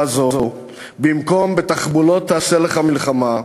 זו במקום ב"בתחבולות תעשה לך מלחמה".